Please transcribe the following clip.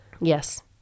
yes